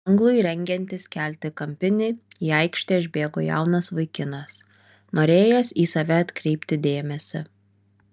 anglui rengiantis kelti kampinį į aikštę išbėgo jaunas vaikinas norėjęs į save atkreipti dėmesį